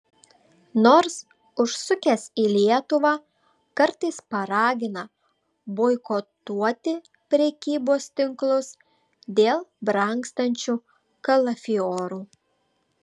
nors užsukęs į lietuvą kartais paragina boikotuoti prekybos tinklus dėl brangstančių kalafiorų